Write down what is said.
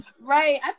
Right